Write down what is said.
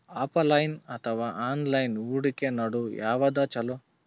Offline ಅಥವಾ online ಹೂಡಿಕೆ ನಡು ಯವಾದ ಛೊಲೊ?